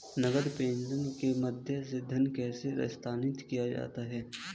नकद प्रेषण के माध्यम से धन कैसे स्थानांतरित किया जाता है?